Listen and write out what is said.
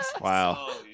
Wow